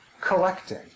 collecting